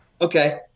Okay